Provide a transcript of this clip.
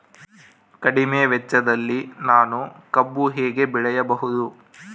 ಕಡಿಮೆ ವೆಚ್ಚದಲ್ಲಿ ನಾನು ಕಬ್ಬು ಹೇಗೆ ಬೆಳೆಯಬಹುದು?